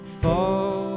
fall